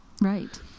Right